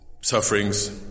sufferings